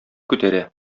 күтәрә